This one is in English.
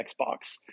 Xbox